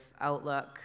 outlook